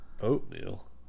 Oatmeal